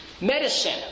medicine